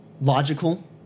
logical